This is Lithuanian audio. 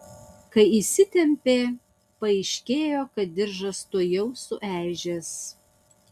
kai įsitempė paaiškėjo kad diržas tuojau sueižės